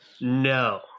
No